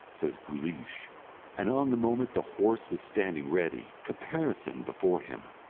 says guleesh and on the moment the horse was standing ready caparisoned before him.